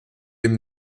dem